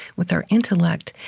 with our intellect,